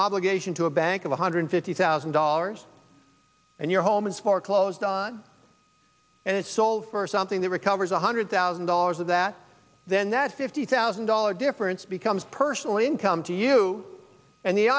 obligation to a bank of a hundred fifty thousand dollars and your homes foreclosed on and it's sold for something that recovers one hundred thousand dollars of that then that fifty thousand dollars difference becomes personal income to you and the